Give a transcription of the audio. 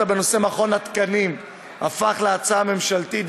בנושא מכון התקנים הפך להצעה ממשלתית,